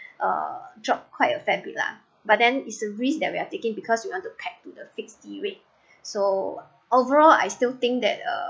uh dropped quite a fair bit lah but then is a risk that we are taking because we wanted tag to the fixed D rate so overall I still think that uh